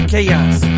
chaos